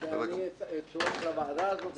שאני אצורף לוועדה הזאת,